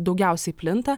daugiausiai plinta